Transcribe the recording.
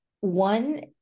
one